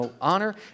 honor